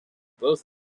both